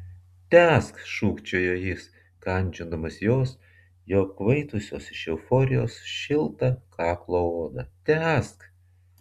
tęsk šūkčiojo jis kandžiodamas jos jau apkvaitusios iš euforijos šiltą kaklo odą tęsk